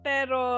Pero